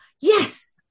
yes